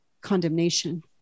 condemnation